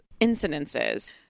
incidences